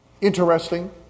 Interesting